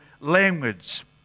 language